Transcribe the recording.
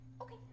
Okay